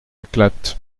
éclatent